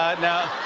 now